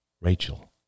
Rachel